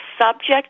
subject